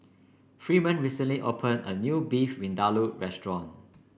Freeman recently opened a new Beef Vindaloo restaurant